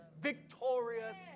victorious